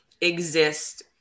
exist